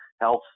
health